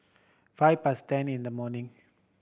five past ten in the morning